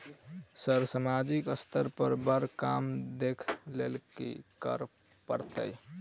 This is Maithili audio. सर सामाजिक स्तर पर बर काम देख लैलकी करऽ परतै?